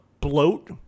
bloat